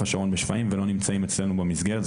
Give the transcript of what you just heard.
השרון בשפיים ולא נמצאים אצלנו במסגרת.